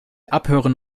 abhören